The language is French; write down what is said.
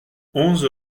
onze